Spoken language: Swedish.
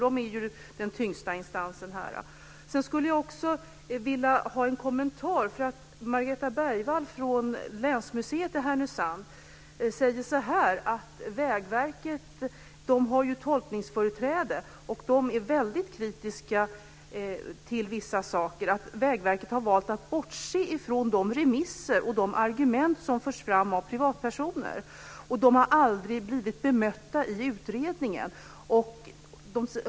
Det är ju den tyngsta instansen i dessa frågor. Margareta Bergvall vid länsmuseet i Härnösand säger att Vägverket har tolkningsföreträde. De är väldigt kritiska till vissa saker, bl.a. att Vägverket har valt att bortse från de remisser och argument som förs fram av privatpersoner. De har aldrig blivit bemötta i utredningen.